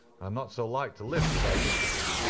i'm not so light to lift as i used to be.